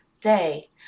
day